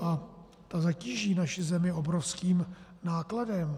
A ta zatíží naši zemi obrovským nákladem.